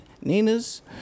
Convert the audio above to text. Ninas